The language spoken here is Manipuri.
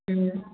ꯎꯝ